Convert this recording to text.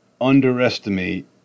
underestimate